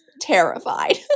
terrified